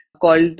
called